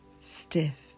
stiff